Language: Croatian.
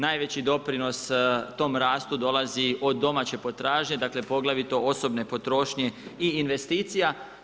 Najveći doprinos tom rastu dolazi od domaće potražnje, dakle poglavito osobne potrošnje i investicija.